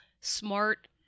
smart